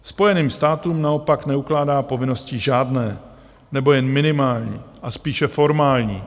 Spojeným státům naopak neukládá povinnosti žádné nebo jen minimální a spíše formální.